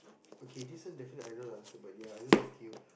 okay one define I know the answer but ya I just asking you